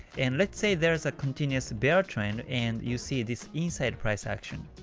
and let's say there's a continuous bear trend and you see this inside price action.